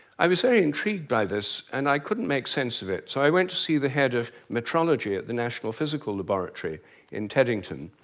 i was very intrigued by this and i couldn't make sense of it, so i went to see the head of metrology at the national physical laboratory in teddington.